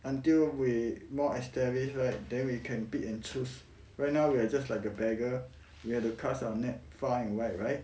until we more established right then we can pick and choose right now we are just like a beggar we had to cast our net far and wide right